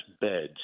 beds